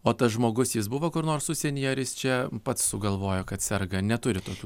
o tas žmogus jis buvo kur nors užsienyje ar jis čia pats sugalvojo kad serga neturit tokių